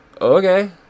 Okay